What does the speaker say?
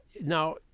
Now